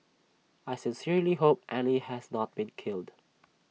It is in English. I sincerely hope Annie has not been killed